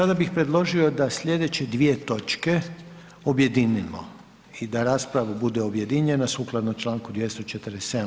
Sada bih predložio da slijedeće dvije točke objedinimo i da rasprava bude objedinjena sukladno Članku 247.